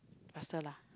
faster lah